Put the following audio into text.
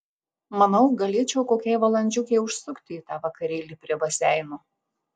manau galėčiau kokiai valandžiukei užsukti į tą vakarėlį prie baseino